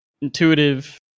intuitive